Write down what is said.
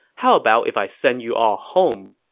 how about if i send you all home?